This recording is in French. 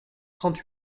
trente